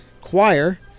Choir